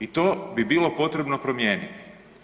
I to bi bilo potrebno promijeniti.